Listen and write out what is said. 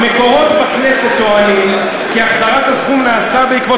"מקורות בכנסת טוענים כי החזרת הסכום נעשתה בעקבות